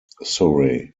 surrey